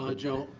ah joe,